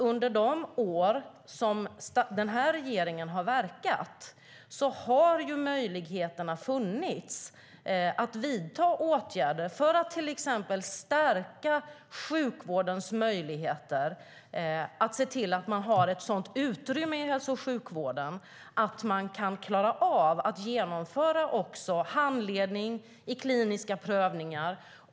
Under de år som den här regeringen har verkat har möjligheterna funnits att vidta åtgärder för att till exempel stärka sjukvårdens förutsättningar att få utrymme för att genomföra handledning i kliniska prövningar.